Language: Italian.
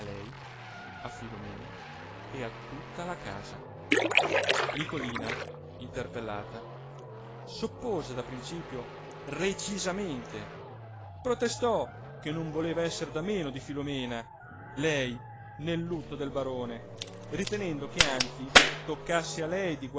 a filomena e a tutta la casa nicolina interpellata s'oppose dapprincipio recisamente protestò che non voleva esser da meno di filomena lei nel lutto del barone ritenendo che anzi toccasse a lei